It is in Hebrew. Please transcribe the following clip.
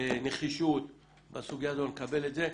לנחישות בסוגיה הזו, לקבל את זה.